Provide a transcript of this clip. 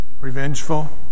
revengeful